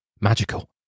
magical